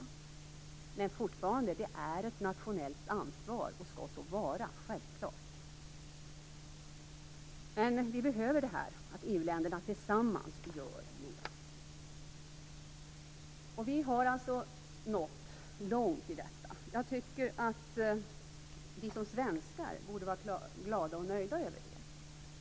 Men det är fortfarande ett nationellt ansvar, och skall så vara. EU-länderna behöver göra mer tillsammans. Vi har alltså nått långt i detta. Jag tycker att vi som svenskar borde vara glada och nöjda över det.